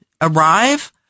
arrive